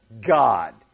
God